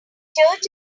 church